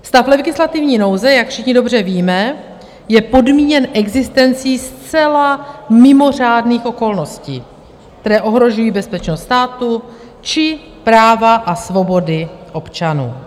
Stav legislativní nouze, jak všichni dobře víme, je podmíněn existencí zcela mimořádných okolností, které ohrožují bezpečnost státu či právo a svobodu občanů.